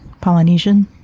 polynesian